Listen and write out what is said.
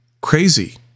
crazy